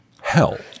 hell